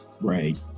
Right